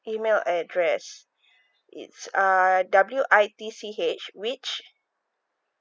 email address it's uh W I T C H witch